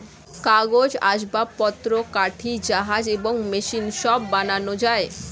কাগজ, আসবাবপত্র, কাঠি, জাহাজ এবং মেশিন সব বানানো যায়